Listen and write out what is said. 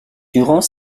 durant